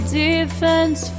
defense